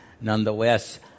Nonetheless